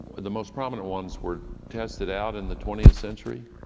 the most prominent ones were tested out in the twentieth century,